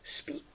speak